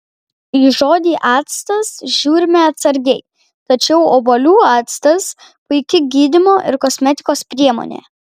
į žodį actas žiūrime atsargiai tačiau obuolių actas puiki gydymo ir kosmetikos priemonė